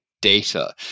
data